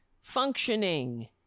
Functioning